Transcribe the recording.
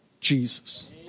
Jesus